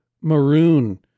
maroon